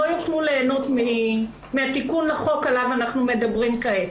יוכלו ליהנות מהתיקון לחוק שעליו אנחנו מדברים כעת.